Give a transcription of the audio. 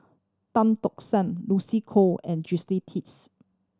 Tan Tock San Lucy Koh and